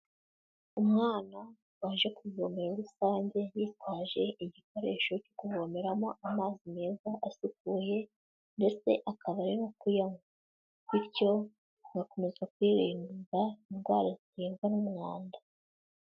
Umwana waje ku ivomero rusange yitwaje igikoresho cyo kuvomeramo amazi meza asukuye, ndetse akaba ari no kuyanywa, bityo agakomeza kwirinda indwara zitebwa n'umwanda.